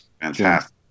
fantastic